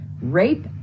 Rape